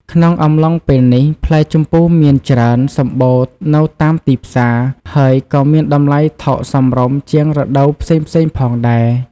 ក្នុងអំឡុងពេលនេះ ផ្លែជម្ពូមានច្រើនសម្បូរនៅតាមទីផ្សារ ហើយក៏មានតម្លៃថោកសមរម្យជាងរដូវផ្សេងៗផងដែរ។